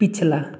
पिछला